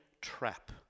trap